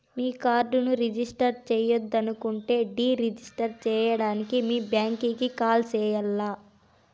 మీ కార్డుని రిజిస్టర్ చెయ్యొద్దనుకుంటే deregister సేయడానికి మీ బ్యాంకీకి కాల్ సెయ్యాల్ల